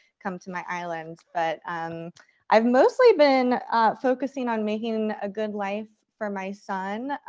come to my island. but um i've mostly been focusing on making a good life for my son.